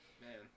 Man